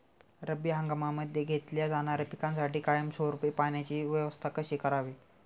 रब्बी हंगामामध्ये घेतल्या जाणाऱ्या पिकांसाठी कायमस्वरूपी पाण्याची व्यवस्था कशी करावी?